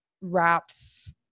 wraps